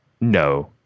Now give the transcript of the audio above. No